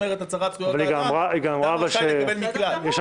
אומרת הצהרת זכויות האדם --- אבל היא גם אמרה שיש אבחנות.